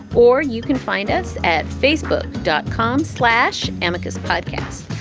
or you can find us at facebook dot com slash amicus podcast.